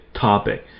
topic